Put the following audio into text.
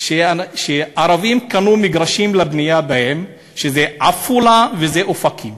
שערבים קנו בהן מגרשים לבנייה, עפולה ואופקים,